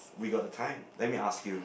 we got the time let me ask you